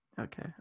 Okay